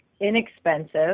inexpensive